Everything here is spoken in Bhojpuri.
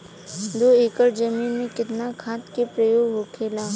दो एकड़ जमीन में कितना खाद के प्रयोग होखेला?